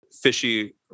Fishy